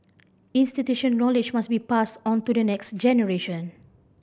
institutional knowledge must be passed on to the next generation